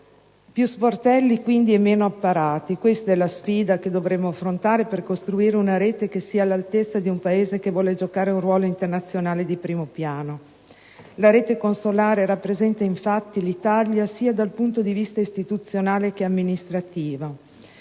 Più sportelli quindi e meno apparati: questa è la sfida che dovremo affrontare per costruire una rete all'altezza di un Paese che vuole giocare un ruolo internazionale di primo piano. La rete consolare rappresenta infatti l'Italia dal punto di vista sia istituzionale che amministrativo,